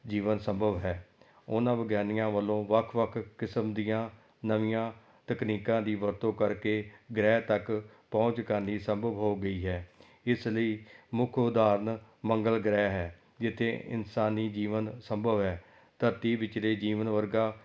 ਜੀਵਨ ਸੰਭਵ ਹੈ ਉਹਨਾਂ ਵਿਗਿਆਨੀਆਂ ਵੱਲੋਂ ਵੱਖ ਵੱਖ ਕਿਸਮ ਦੀਆਂ ਨਵੀਆਂ ਤਕਨੀਕਾਂ ਦੀ ਵਰਤੋਂ ਕਰਕੇ ਗ੍ਰਹਿ ਤੱਕ ਪਹੁੰਚ ਕਰਨੀ ਸੰਭਵ ਹੋ ਗਈ ਹੈ ਇਸ ਲਈ ਮੁੱਖ ਉਦਾਹਰਨ ਮੰਗਲ ਗ੍ਰਹਿ ਹੈ ਜਿੱਥੇ ਇਨਸਾਨੀ ਜੀਵਨ ਸੰਭਵ ਹੈ ਧਰਤੀ ਵਿਚਲੇ ਜੀਵਨ ਵਰਗਾ